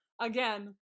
again